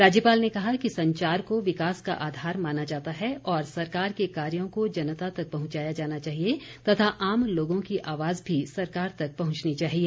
राज्यपाल ने कहा कि संचार को विकास का आधार माना जाता है और सरकार के कार्यों को जनता तक पहुंचाया जाना चाहिए तथा आम लोगों की आवाज भी सरकार तक पहुंचनी चाहिए